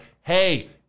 hey